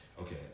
Okay